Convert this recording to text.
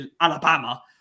Alabama